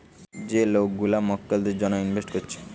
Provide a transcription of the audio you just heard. যে লোক গুলা মক্কেলদের জন্যে ইনভেস্ট কোরছে